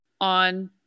on